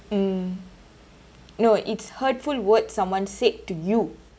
mm no it's hurtful words someone said to you